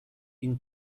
این